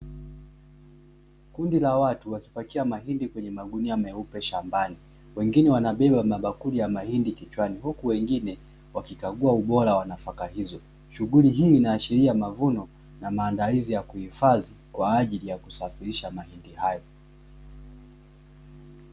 Kundi la watu wakipakia mahindi kwenye magunia meupe shambani. Wengine wanabeba mabakuli ya mahindi kichwan, huku wengine wakikagua ubora wa nafaka hizo. Shughuli hii inaashiria mavuno na maandalizi ya kuhifadhi kwa ajili ya kusafirisha mahindi hayo.